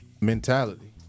mentality